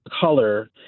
color